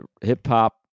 hip-hop